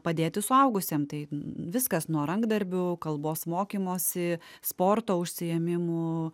padėti suaugusiem tai viskas nuo rankdarbių kalbos mokymosi sporto užsiėmimų